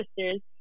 sisters